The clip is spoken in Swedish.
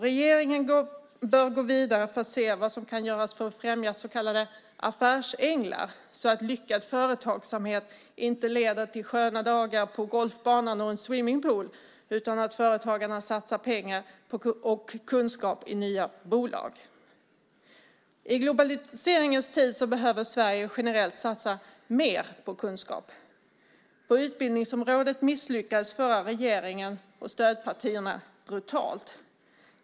Regeringen bör gå vidare för att se vad som kan göras för att främja så kallade affärsänglar så att lyckad företagsamhet inte leder till sköna dagar på golfbanan och en swimmingpool utan till att företagarna satsar pengar och kunskap i nya bolag. I globaliseringens tid behöver Sverige generellt satsa mer på kunskap. Den förra regeringen och stödpartierna misslyckades brutalt på utbildningsområdet.